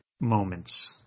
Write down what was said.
moments